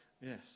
Yes